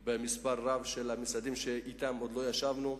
עם מספר רב של משרדים שאתם עוד לא ישבנו.